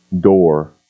door